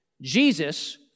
Jesus